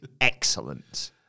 excellent